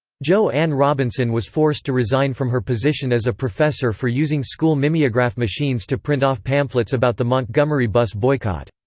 jo ann robinson was forced to resign from her position as a professor for using school mimeograph machines to print off pamphlets about the montgomery bus boycott.